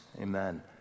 amen